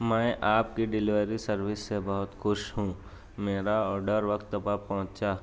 میں آپ کی ڈلیوری سروس سے بہت خوش ہوں میرا آرڈر وقت پر پہنچا